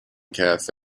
cafe